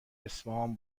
اصفهان